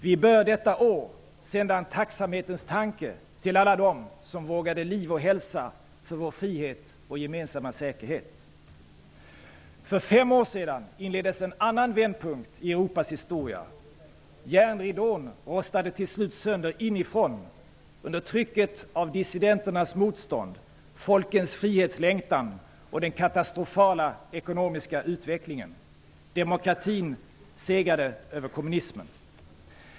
Vi bör detta år sända en tacksamhetens tanke till alla dem som vågade liv och hälsa för vår frihet och gemensamma säkerhet. För fem år sedan inträdde en annan vändpunkt i Europas historia. Järnridån rostade till slut sönder inifrån under trycket av dissidenternas motstånd, folkens frihetslängtan och den katastrofala ekonomiska utvecklingen. Demokratin segrade över kommunismen.